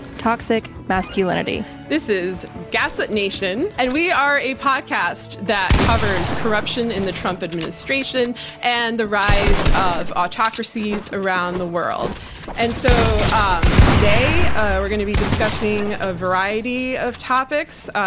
toxic masculinity. this is gaslit nation and we are a podcast that covers corruption in the trump administration and the rise of autocracies around the world and so um today ah we're going to be discussing a variety of topics,